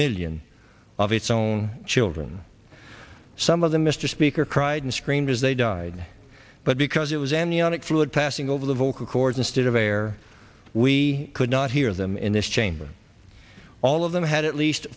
million of its own children some of them mr speaker cried and screamed as they died but because it was amniotic fluid passing over the vocal chords instead of air we could not hear them in this chamber all of them had at least